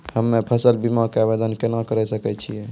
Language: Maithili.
हम्मे फसल बीमा के आवदेन केना करे सकय छियै?